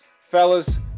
Fellas